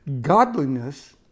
Godliness